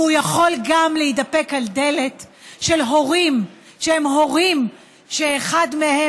והוא יכול להתדפק גם על דלת של הורים שהם הורים שאחד מהם,